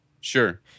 Sure